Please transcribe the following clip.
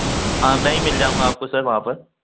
हाँ मैं ही मिल जाऊँगा आपको सर वहाँ पर